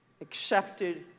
accepted